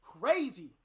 crazy